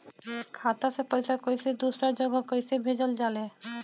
खाता से पैसा कैसे दूसरा जगह कैसे भेजल जा ले?